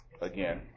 again